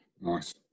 Nice